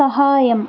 സഹായം